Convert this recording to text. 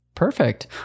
Perfect